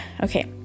okay